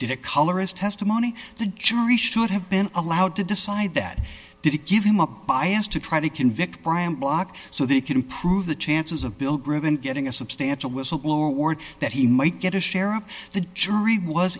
did it colorist testimony the jury should have been allowed to decide that did it give him up bias to try to convict brian block so they could improve the chances of bill gribben getting a substantial whistleblower award that he might get a share of the jury was